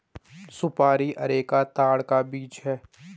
सुपारी अरेका ताड़ का बीज है